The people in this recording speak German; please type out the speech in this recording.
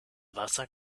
wasser